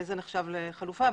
זה נחשב לחלופה.